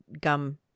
gum